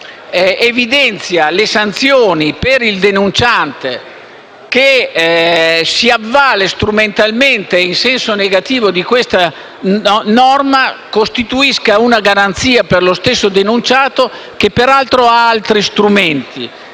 evidenzia le sanzioni per il denunciante che si avvalga di questa norma strumentalmente in senso negativo, costituisca una garanzia per lo stesso denunciato, che peraltro ha altri strumenti